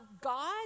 God